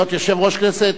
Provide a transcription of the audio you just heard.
להיות יושב-ראש כנסת,